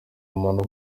muntu